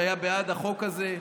שהיה בעד החוק הזה,